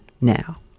now